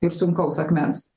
ir sunkaus akmens